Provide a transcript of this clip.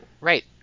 Right